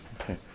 okay